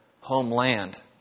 homeland